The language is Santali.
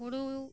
ᱦᱩᱲᱩ